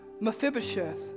Mephibosheth